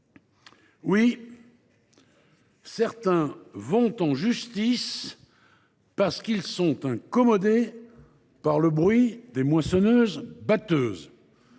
des actions en justice, parce qu’elles sont incommodées par le bruit des moissonneuses batteuses.